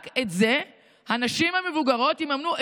רק את זה הנשים המבוגרות יממנו,